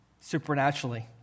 supernaturally